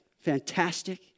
fantastic